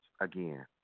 again